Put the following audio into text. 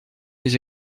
les